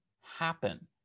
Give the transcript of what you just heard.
happen